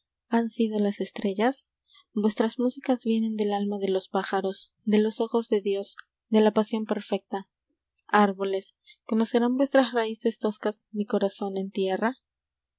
han sido las estrellas vuestras músicas vienen del alma de los pájaros los ojos de dios he la pasión perfecta árboles conocerán vuestras raíces toscas corazón en tierra